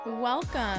Welcome